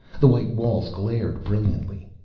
the white walls glared brilliantly.